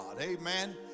Amen